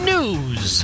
News